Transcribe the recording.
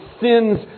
sins